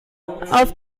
auf